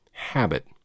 Habit